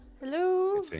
Hello